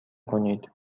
کنید